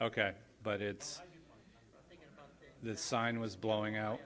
ok but it's the sign was blowing out